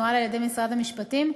המנוהל על-ידי משרד המשפטים,